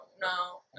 no